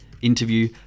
interview